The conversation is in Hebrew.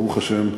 ברוך השם,